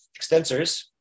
extensors